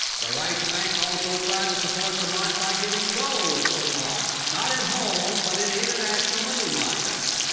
the reichsbank also tried to support the mark by giving gold for marks, not at home but in the international money markets.